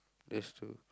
that's true